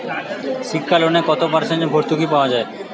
শিক্ষা লোনে কত পার্সেন্ট ভূর্তুকি পাওয়া য়ায়?